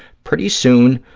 pretty soon,